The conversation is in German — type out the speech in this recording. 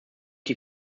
die